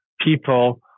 people